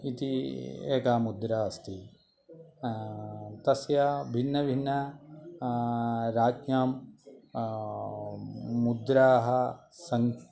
इति एका मुद्रा अस्ति तस्य भिन्नभिन्न राज्ञां मुद्राः सन्ति